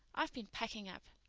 i've been packing up.